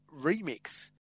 Remix